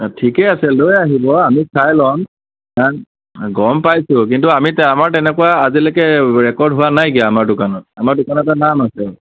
ঠিকে আছে লৈ আহিব আমি চাই ল'ম কাৰণ গ'ম পাইছোঁ কিন্তু আমি আমাৰ তেনেকুৱা আজিলেকে ৰেকৰ্ড হোৱা নাইগে আমাৰ দোকানত আমাৰ দোকানৰ এটা নাম আছে